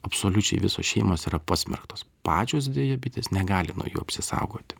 absoliučiai visos šeimos yra pasmerktos pačios deja bitės negali nuo jų apsisaugoti